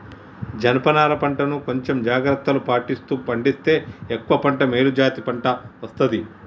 జనప నారా పంట ను కొంచెం జాగ్రత్తలు పాటిస్తూ పండిస్తే ఎక్కువ పంట మేలు జాతి పంట వస్తది